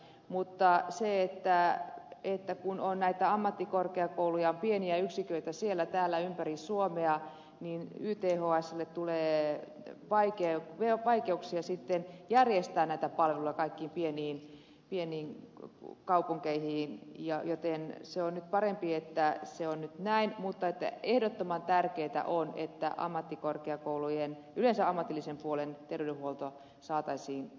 mutta kun on näitä ammattikorkeakouluja pieniä yksiköitä siellä täällä ympäri suomea niin ythslle tulee vaikeuksia järjestää näitä palveluja kaikkiin pieniin kaupunkeihin joten on nyt parempi että se on nyt näin mutta ehdottoman tärkeää on että ammattikorkeakoulujen yleensä ammatillisen puolen tervolta saattaisi